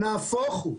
נהפוך הוא,